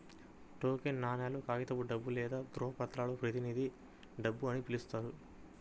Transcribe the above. token నాణేలు, కాగితపు డబ్బు లేదా ధ్రువపత్రాలను ప్రతినిధి డబ్బు అని పిలుస్తారు